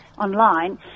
online